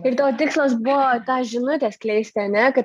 ir tavo tikslas buvo tą žinutę skleisti ane kad